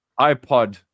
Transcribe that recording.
iPod